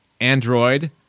Android